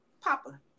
Papa